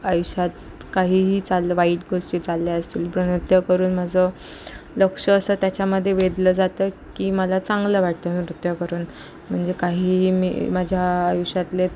आयुष्यात काहीही चाललं वाईट गोष्टी चालल्या असतील पण नृत्य करून माझं लक्ष असं त्याच्यामधे वेधलं जातं की मला चांगलं वाटतं नृत्य करून म्हणजे काहीही मी माझ्या आयुष्यातले